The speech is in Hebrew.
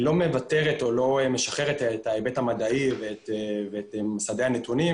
היא לא משחררת את ההיבט המדעי ואת מסדי הנתונים